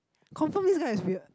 confirm this one is weird